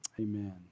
Amen